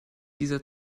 dieser